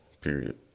period